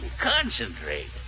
Concentrate